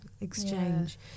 exchange